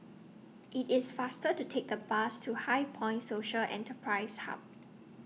IT IS faster to Take The Bus to HighPoint Social Enterprise Hub